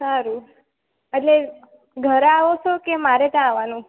સારું એટલે ઘરે આવો છો કે મારે ત્યાં આવવાનું